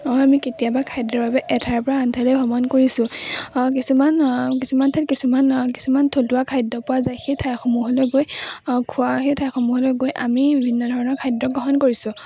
আমি কেতিয়াবা খাদ্যৰ বাবে এঠাইৰ পৰা আনঠাইলৈ ভ্ৰমণ কৰিছোঁ কিছুমান কিছুমান ঠাইত কিছুমান কিছুমান থলুৱা খাদ্য পোৱা যায় সেই ঠাইসমূহলৈ গৈ খোৱা সেই ঠাইসমূহলৈ গৈ আমি বিভিন্ন ধৰণৰ খাদ্য গ্ৰহণ কৰিছোঁ